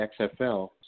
XFL